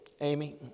Amy